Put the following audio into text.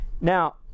Now